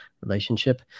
relationship